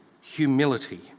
humility